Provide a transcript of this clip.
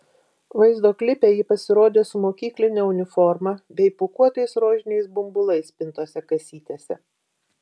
vaizdo klipe ji pasirodė su mokykline uniforma bei pūkuotais rožiniais bumbulais pintose kasytėse